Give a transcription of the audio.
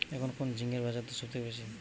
এখন কোন ঝিঙ্গের বাজারদর সবথেকে বেশি?